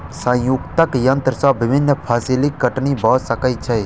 संयुक्तक यन्त्र से विभिन्न फसिलक कटनी भ सकै छै